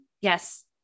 Yes